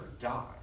die